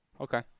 Okay